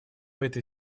этой